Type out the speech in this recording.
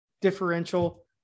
differential